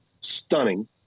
stunning